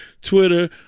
Twitter